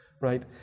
right